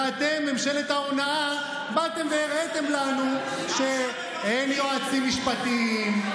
ואתם בממשלת ההונאה באתם והראיתם לנו שאין יועצים משפטיים,